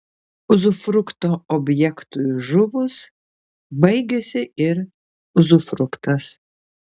uzufrukto objektui žuvus baigiasi ir uzufruktas